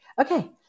okay